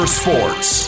sports